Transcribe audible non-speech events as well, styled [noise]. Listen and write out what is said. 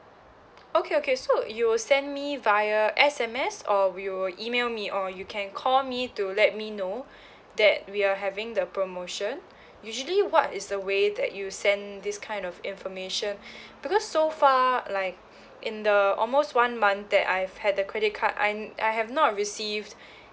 okay okay so you will send me via S_M_S or will email me or you can call me to let me know [breath] that we are having the promotion [breath] usually what is the way that you send this kind of information [breath] because so far like [breath] in the almost one month that I've had the credit card I n~ I have not received [breath]